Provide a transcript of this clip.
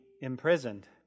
imprisoned